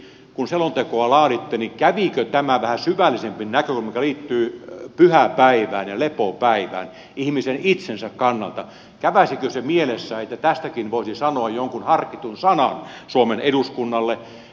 kun selontekoa laaditte kävikö tämä vähän syvällisempi näkökulma joka liittyy pyhäpäivään ja lepopäivään ihmisen itsensä kannalta mielessä että tästäkin voisi sanoa jonkun harkitun sanan suomen eduskunnalle